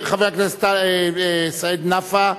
חבר הכנסת סעיד נפאע,